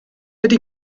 ydy